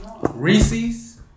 Reese's